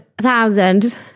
Thousand